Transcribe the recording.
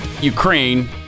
Ukraine